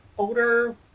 older